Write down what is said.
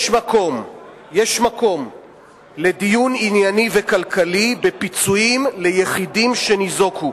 יש מקום לדיון ענייני וכלכלי בפיצויים ליחידים שניזוקו.